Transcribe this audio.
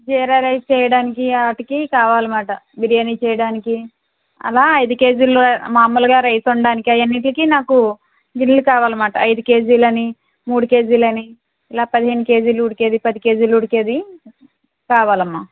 జీరా rice చెయ్యడానికి వాటికి కావాలన్నమాట బిర్యానీ చెయ్యడానికి అలా ఐదు కేజీలు మామూలుగా రైస్ వండటానికి అవన్నిటికి నాకు గిన్నెలు కావాలన్నమాట ఐదు కేజీలు అని మూడు కేజీలు అని ఇలా పదిహేను కేజీలు ఉడికేది పది కేజీలు ఉడికేది కావాలమ్మా